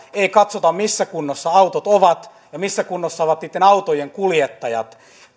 ei katsota missä kunnossa autot ovat ja missä kunnossa ovat niitten autojen kuljettajat